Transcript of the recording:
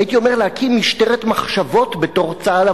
הייתי אומר להקים משטרת מחשבות בתוך צה"ל.